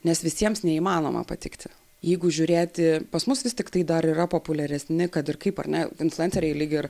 nes visiems neįmanoma patikti jeigu žiūrėti pas mus vis tiktai dar yra populiaresni kad ir kaip ar ne influenceriai lyg ir